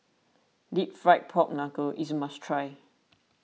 Deep Fried Pork Knuckle is must try